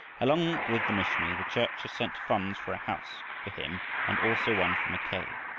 along with the missionary, the church had sent funds for a house for him and also one for mackay.